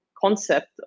concept